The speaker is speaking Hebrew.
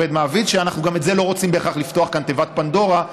שגם בזה אנחנו לא רוצים בהכרח לפתוח תיבת פנדורה,